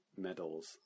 medals